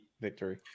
victory